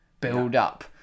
build-up